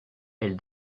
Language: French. elle